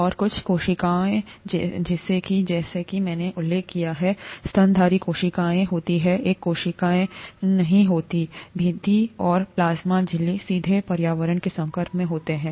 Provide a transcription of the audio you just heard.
और कुछ कोशिकाएं जैसे कि जैसा कि मैंने उल्लेख किया है स्तनधारी कोशिकाएं कोशिकाएं होती हैं एक कोशिकानहीं होती है भित्तिऔर प्लाज्मा झिल्ली सीधे पर्यावरण के संपर्क में होती है